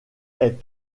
est